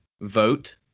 vote